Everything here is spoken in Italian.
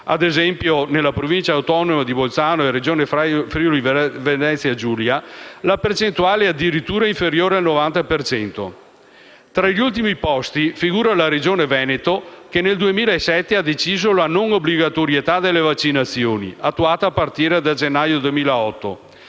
(ad esempio nella Provincia autonoma di Bolzano e nella Regione Friuli-Venezia Giulia) è addirittura inferiore al 90 per cento. Tra gli ultimi posti figura la Regione Veneto, che nel 2007 ha deciso la non obbligatorietà delle vaccinazioni, attuata a partire da gennaio 2008,